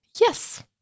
Yes